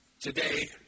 Today